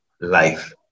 life